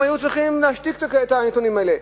הם היו צריכים להשתיק את העיתונאים האלה.